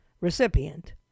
recipient